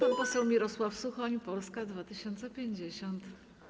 Pan poseł Mirosław Suchoń, Polska 2050.